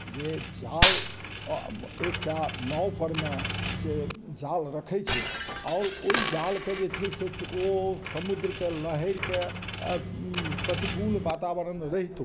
जे जाल एक टा नाव परमे से जाल रखय छै आओर ओइ जालके जे छै से ओ समुद्रके लहरिके प्रतिकूल वातावरण रहितो